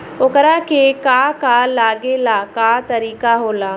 ओकरा के का का लागे ला का तरीका होला?